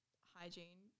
hygiene